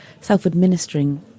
self-administering